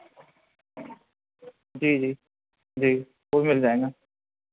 जी जी जी जाएगा